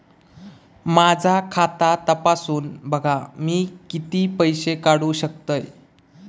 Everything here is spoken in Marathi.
माझा खाता तपासून बघा मी किती पैशे काढू शकतय?